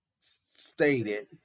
stated